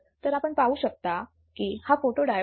तर आपण पाहू शकता की हा फोटोडायोड आहे